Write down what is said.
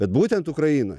bet būtent ukrainoj